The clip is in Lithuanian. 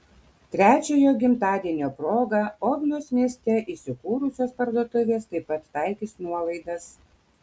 trečiojo gimtadienio proga ogmios mieste įsikūrusios parduotuvės taip pat taikys nuolaidas